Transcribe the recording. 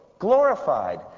glorified